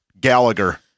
Gallagher